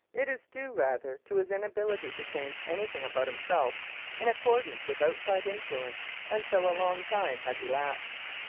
it is due rather to his inability to change anything about himself in accordance with outside influence until a long time has elapsed.